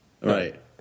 Right